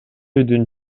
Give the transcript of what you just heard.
үйдүн